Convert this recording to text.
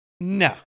No